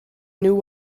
knew